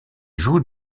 joue